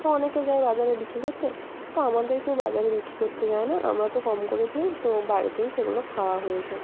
তো অনেকে যায় বাজারে বিক্রি করতে তো আমাদের কেউ বাজারে বিক্রি করতে দেয় না আমরা তো কম করে ধরি তো বাড়িতেই সেগুলো খাওয়া হয়ে যায়